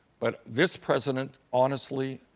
but this president, honestly,